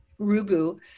Rugu